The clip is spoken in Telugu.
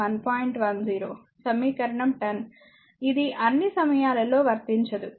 సమీకరణం 10 ఇది అన్ని సమయాలలో వర్తించదు